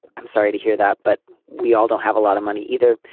i'm sorry to hear that. but we also have a lot of money either.